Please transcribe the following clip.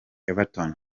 everton